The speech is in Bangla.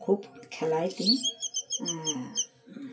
খুব খেলাতে